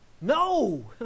no